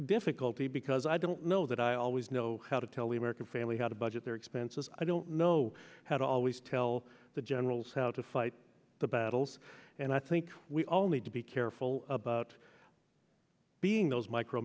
difficulty because i don't know that i always know how to tell the american family how to budget their expenses i don't know how to always tell the generals how to fight the battles and i think we all need to be careful about being those micro